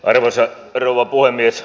arvoisa rouva puhemies